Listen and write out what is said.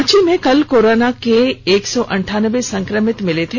रांची में कल कोरोना के एक सौ अंठानबे संक्रमित मिले थे